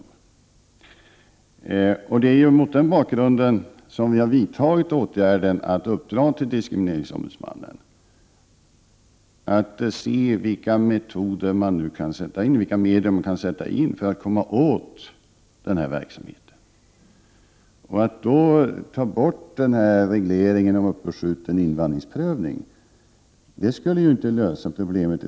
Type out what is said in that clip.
Det är mot denna bakgrund som vi har vidtagit åtgärden att uppdra åt diskrimineringsombudsmannen att se över vilka medel man kan sätta in för att komma åt verksamheten. Om man skulle ta bort regeln om uppskjuten invandringsprövning skulle det inte lösa problemet.